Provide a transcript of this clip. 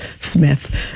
Smith